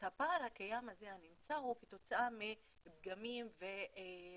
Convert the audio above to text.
אז הפער הקיים הזה הוא כתוצאה מפגמים ובעיות